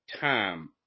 time